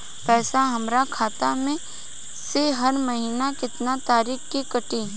पैसा हमरा खाता से हर महीना केतना तारीक के कटी?